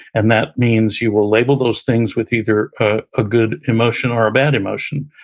and that means you will label those things with either ah a good emotion or a bad emotion.